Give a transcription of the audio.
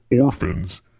orphans